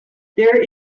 there